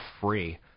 free